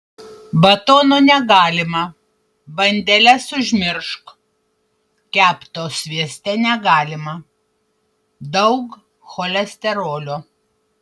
batono negalima bandeles užmiršk kepto svieste negalima daug cholesterolio